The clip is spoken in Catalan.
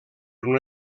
una